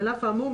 על אף האמור,